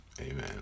Amen